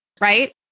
right